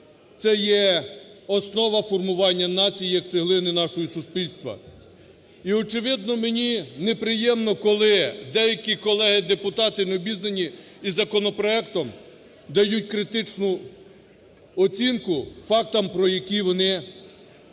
це є основа формування нації як цеглини нашого суспільства. І, очевидно, мені неприємно, коли деякі колеги-депутати, необізнані із законопроектом, дають критичну оцінку фактам, про які вони не так